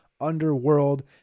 UNDERWORLD